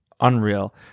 unreal